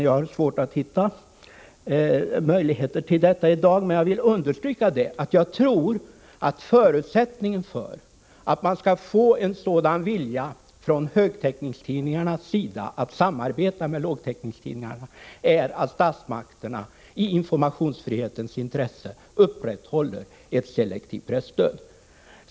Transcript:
Jag har svårt att hitta möjligheter till detta i dag, men jag vill understryka att jag tror att en förutsättning för att högtäckningstidningarna visar vilja att samarbeta med lågtäckningstidningarna är att statsmakterna i informationsfrihetens intresse upprätthåller ett selektivt presstöd.